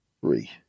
Three